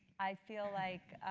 i feel like,